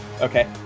Okay